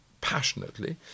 passionately